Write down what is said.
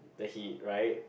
that he right